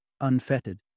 unfettered